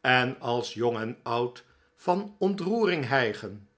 en als jong en oud van ontroering hijgen